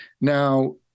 Now